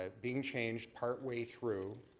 ah being changeed part way through